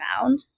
found